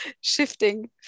shifting